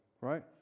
right